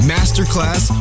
Masterclass